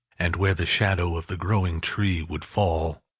and where the shadow of the growing tree would fall.